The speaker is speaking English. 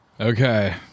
Okay